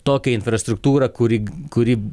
tokią infrastruktūrą kuri kuri